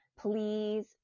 Please